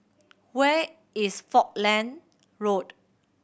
where is Falkland Road